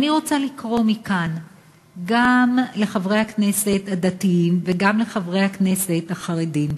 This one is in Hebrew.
ואני רוצה לקרוא מכאן גם לחברי הכנסת הדתיים וגם לחברי הכנסת החרדים